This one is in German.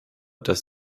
dass